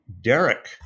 Derek